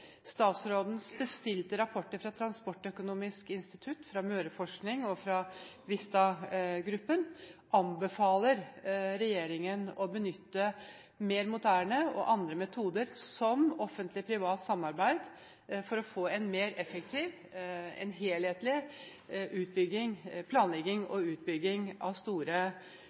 bestilte rapporter fra Transportøkonomisk institutt, fra Møreforsking og fra Vista-gruppen anbefaler regjeringen å benytte mer moderne og andre metoder, som offentlig–privat samarbeid, for å få en mer effektiv og helhetlig planlegging og utbygging av store